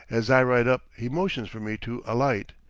as i ride up he motions for me to alight,